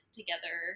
together